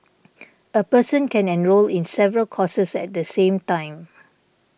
a person can enrol in several courses at the same time